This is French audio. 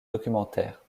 documentaire